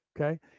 Okay